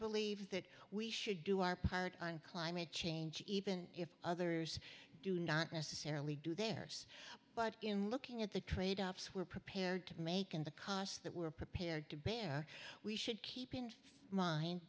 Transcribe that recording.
believe that we should do our part on climate change even if others do not necessarily do theirs but in looking at the tradeoffs we're prepared to make and the costs that we are prepared to bear we should keep in mind